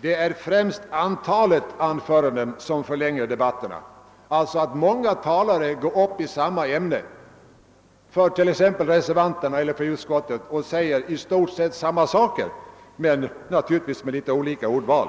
Det är främst antalet anföranden som förlänger debatterna, alltså att många talare går upp i samma ämne — för reservanterna eller för utskottet — och säger i stort sett samma saker, men naturligtvis med olika ordval.